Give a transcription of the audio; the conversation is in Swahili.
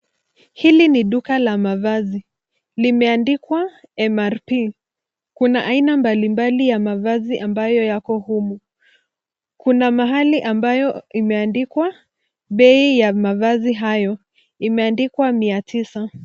Hili ni duka la mavazi limeandikwa mrp kuna aina mbali mbali ya mavazi ambayo yako humu kuna mahali ambayo imeandikwa bei ya mavazi hayo imeandikwa 900.